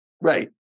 right